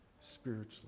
spiritually